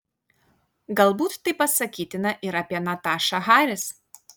galbūt tai pasakytina ir apie natašą haris